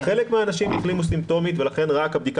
חלק מהאנשים החלימו סימפטומטית ולכן רק הבדיקה